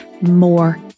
more